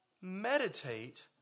meditate